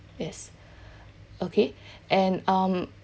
yes okay and um